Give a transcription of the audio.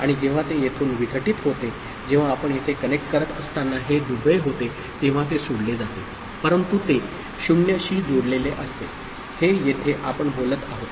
आणि जेव्हा ते येथून विघटित होते जेव्हा आपण येथे कनेक्ट करत असताना हे दुबळे होते तेव्हा ते सोडले जाते परंतु ते 0 शी जोडलेले असते हे येथे आपण बोलत आहोत